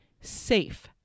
SAFE